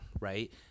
right